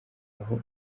aho